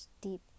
deep